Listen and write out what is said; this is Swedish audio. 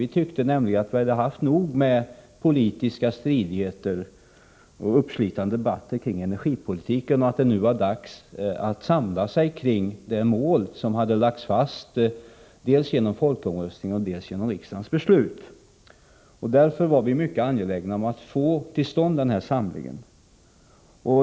Vi tyckte nämligen att vi hade haft nog med politiska stridigheter och uppslitande debatter kring energipolitiken och att det nu var dags att samla sig kring de mål som hade lagts fast dels genom folkomröstningen, dels genom riksdagens beslut. Därför var vi mycket angelägna om att få till stånd denna samling.